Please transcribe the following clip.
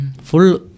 Full